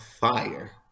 fire